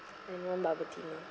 I want bubble tea now